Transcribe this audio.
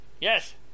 Yes